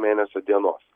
mėnesio dienos